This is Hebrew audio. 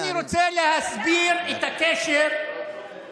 עכשיו אני רוצה להסביר את הקשר בין